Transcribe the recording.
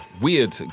weird